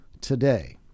today